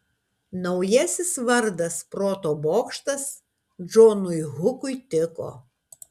naujasis vardas proto bokštas džonui hukui tiko